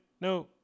no